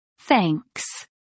Thanks